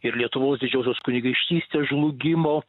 ir lietuvos didžiosios kunigaikštystės žlugimo